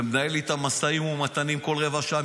ומנהל איתם משאים ומתנים כל רבע שעה.